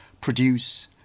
produce